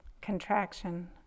contraction